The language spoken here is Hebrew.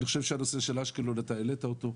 אני חושב שהנושא של אשקלון, אתה העלית אותו,